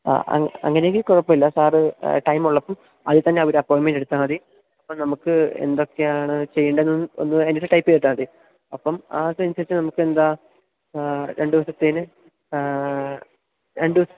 ആ അങ്ങനെയെങ്കില് കുഴപ്പമില്ല സാര് ടൈം ഉള്ളപ്പോള് അതില്ത്തന്നെ ഒരു അപ്പോയിന്മെൻറ്റെടുത്താല് മതി അപ്പോള് നമുക്ക് എന്തൊക്കെയാണ് ചെയ്യേണ്ടത് എന്ന് ഒന്ന് എന്നിട്ട് ടൈപ്പെയ്തിട്ടാല് മതി അപ്പോള് അതനുസരിച്ച് നമുക്ക് എന്താണ് രണ്ടു ദിവസത്തേന് രണ്ട്